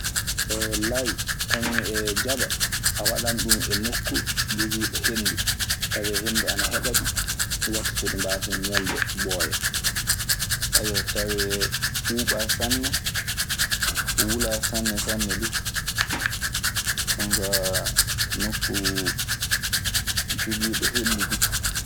Lay kañun e jaba a waɗan ɗum e nokku joggiiɗoo henndu tawee henndu ana heɓaɗi, ɗum watta so ndi mbaasa ñolde ɗi ɓooya. tawee ɓuuɓaa sanne, wulaa sanne sanne duu. jonkaa, nokku jogiiɗo henndu duu.